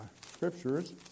scriptures